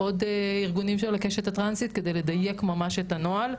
עוד ארגונים שהם על הקשת הטרנסית על מנת לדייק ממש את הנוהל.